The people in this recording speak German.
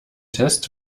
test